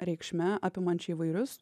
reikšme apimančia įvairius